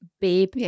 babe